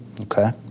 okay